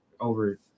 Over